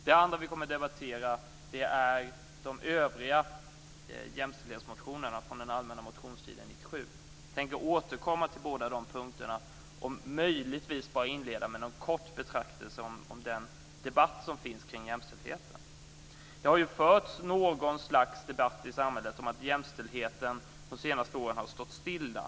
Vi kommer också att debattera de övriga jämställdhetsmotionerna från den allmänna motionstiden 1997. Jag tänker återkomma till båda dessa punkter och kommer att inleda med en kort betraktelse av den debatt som finns kring jämställdheten. Det har förts något slags debatt i samhället om att jämställdheten under de senaste åren har stått stilla.